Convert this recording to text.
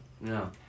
No